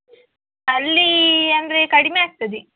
ಅಲ್ಲೀ ಅಂದರೆ ಕಡಿಮೆ ಆಗ್ತದೆ